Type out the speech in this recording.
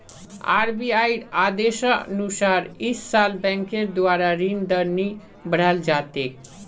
आरबीआईर आदेशानुसार इस साल बैंकेर द्वारा ऋण दर नी बढ़ाल जा तेक